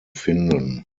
finden